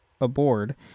aboard